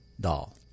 doll